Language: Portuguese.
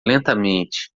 lentamente